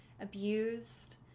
abused